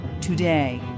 today